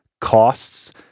costs